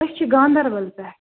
أسۍ چھِ گانٛدَربَل پٮ۪ٹھ